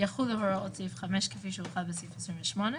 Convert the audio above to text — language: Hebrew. היחיד בחוק שלנו שקובע שבדיון מסוים,